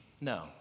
no